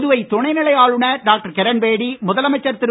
புதுவை துணை நிலை ஆளுநர் டாக்டர் கிரண்பேடி முதலமைச்சர் திரு